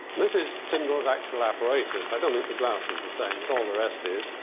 this is tyndall's actual apparatus. i don't think the glass is the same but all the rest is.